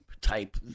type